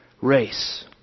race